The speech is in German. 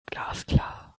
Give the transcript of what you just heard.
glasklar